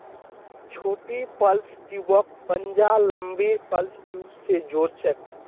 छोटी प्लस ट्यूबक पंजा लंबी प्लस ट्यूब स जो र छेक